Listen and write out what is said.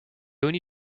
only